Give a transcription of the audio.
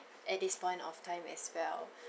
at this point of time as well